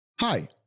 Hi